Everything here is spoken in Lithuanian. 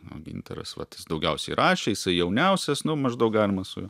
o gintaras vat jis daugiausiai rašė jisai jauniausias nu maždaug galima su juo